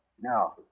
No